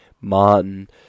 Martin